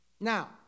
Now